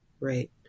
Right